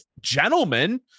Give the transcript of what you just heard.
gentlemen